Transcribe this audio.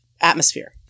atmosphere